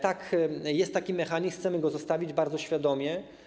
Tak, jest taki mechanizm, chcemy go zostawić bardzo świadomie.